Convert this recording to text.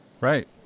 Right